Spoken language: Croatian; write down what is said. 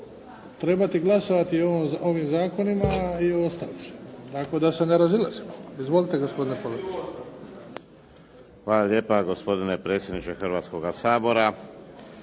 trebati glasovati o ovim zakonima i o ostalim, tako da se ne razilazimo. Izvolite gospodine Palarić. **Palarić, Antun** Hvala lijepa gospodine predsjedniče Hrvatskoga sabora.